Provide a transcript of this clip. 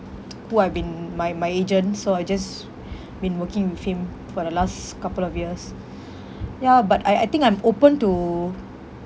who I've been my my agent so I just been working with him for the last couple of years ya but I I think I'm open to